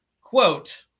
quote